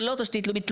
זה לא תשתית לאומית,